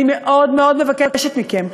אני מאוד מאוד מבקשת מכם,